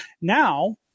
now